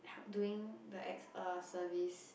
doing the ex a service